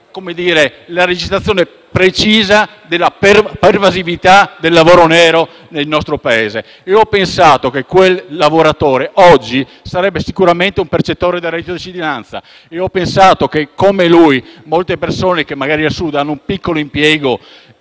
Ministro, è la registrazione precisa della pervasività del lavoro nero nel nostro Paese e ho pensato che quel lavoratore oggi sarebbe sicuramente un percettore di reddito di cittadinanza e che, come lui, molte persone che magari al Sud hanno un piccolo impiego